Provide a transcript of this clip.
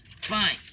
fine